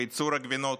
בייצור הגבינות.